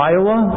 Iowa